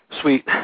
Sweet